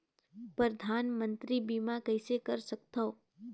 परधानमंतरी बीमा कइसे कर सकथव?